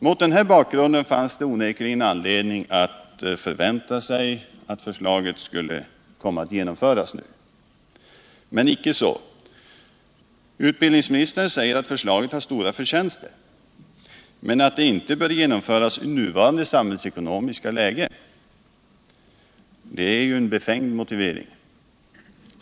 Mot denna bakgrund fanns det onekligen anledning förvänta sig att förslaget nu skulle förverkligas. Men icke så! Utbildningsministern säger att förslaget har stora förtjänster men att det inte bör genomföras i nuvarande samhällsekonomiska läge. Detta är en befängd motivering.